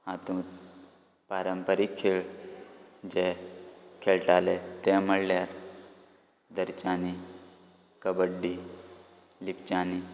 हातूत पारंपारीक खेळ जे खेळटाले ते म्हळ्ळ्यार धरच्यांनी कबड्डी लिपच्यांनी